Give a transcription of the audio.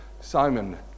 Simon